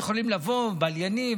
בליינים,